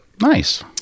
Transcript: Nice